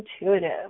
intuitive